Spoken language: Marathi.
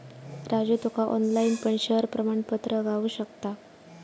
राजू तुका ऑनलाईन पण शेयर प्रमाणपत्र गावु शकता